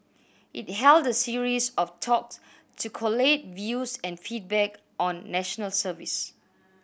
it held a series of talks to collate views and feedback on National Service